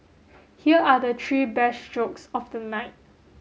here are the three best jokes of the night